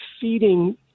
feeding